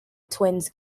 twins